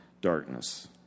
darkness